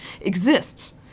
exists